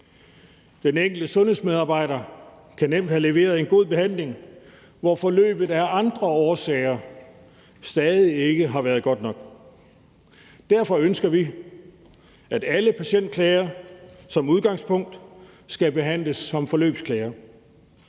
Den enkelte sundhedsmedarbejder kan nemt have leveret en god behandling, mens forløbet af andre årsager stadig ikke har været godt nok. Derfor ønsker vi, at alle patientklager som udgangspunkt skal behandles som forløbsklager.